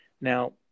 Now